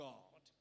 God